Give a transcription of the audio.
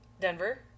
Denver